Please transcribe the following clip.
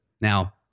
Now